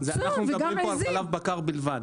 אנחנו מדברים פה על חלב בקר בלבד.